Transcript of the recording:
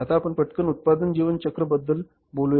आता आपण पटकन उत्पादन जीवन चक्र बद्दल बोलूया